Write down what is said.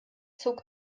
zog